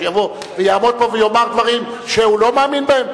שיבוא ויעמוד פה ויאמר דברים שהוא לא מאמין בהם?